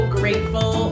grateful